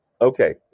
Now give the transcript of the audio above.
Okay